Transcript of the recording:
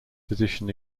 physician